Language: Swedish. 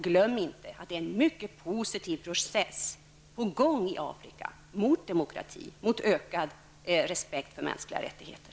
Glöm inte att det är en mycket positiv process på gång i Afrika i riktning mot demokrati och ökad respekt för mänskliga rättigheter.